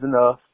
enough